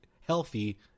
healthy